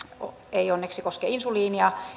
ei onneksi koske insuliinia